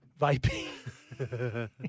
Vaping